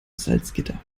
salzgitter